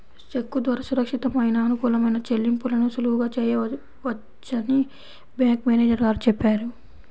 చెక్కు ద్వారా సురక్షితమైన, అనుకూలమైన చెల్లింపులను సులువుగా చేయవచ్చని బ్యాంకు మేనేజరు గారు చెప్పారు